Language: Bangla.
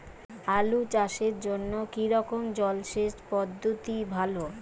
আলু চাষের জন্য কী রকম জলসেচ পদ্ধতি ভালো?